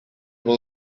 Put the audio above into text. will